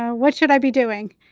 ah what should i be doing?